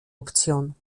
option